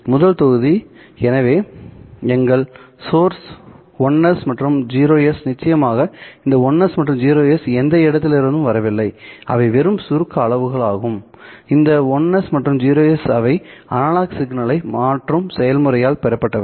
முதல் தொகுதிஎனவே எங்கள் சோர்ஸ் 1's மற்றும் 0's நிச்சயமாக இந்த 1's மற்றும் 0s எந்த இடத்திலிருந்தும் வரவில்லை அவை வெறும் சுருக்க அளவுகளாகும் இந்த 1's மற்றும் 0's அவை அனலாக் சிக்னலை மாற்றும் செயல்முறையால் பெறப்பட்டவை